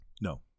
no